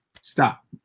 Stop